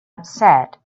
upset